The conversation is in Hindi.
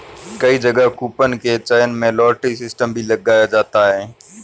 कई जगह कूपन के चयन में लॉटरी सिस्टम भी लगाया जाता है